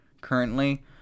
currently